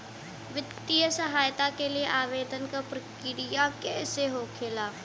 वित्तीय सहायता के लिए आवेदन क प्रक्रिया कैसे होखेला?